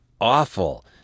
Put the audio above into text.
awful